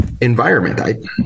environment